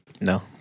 No